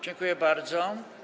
Dziękuję bardzo.